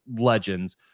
legends